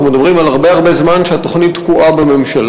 אנחנו מדברים על הרבה הרבה זמן שהתוכנית תקועה בממשלה.